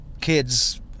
kids